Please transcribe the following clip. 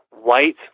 white